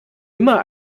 immer